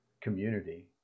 community